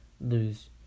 lose